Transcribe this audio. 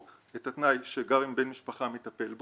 את התנאי שגר עם בן משפחה המטפל בו,